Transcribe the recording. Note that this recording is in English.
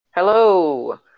Hello